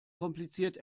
kompliziert